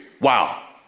Wow